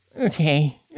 Okay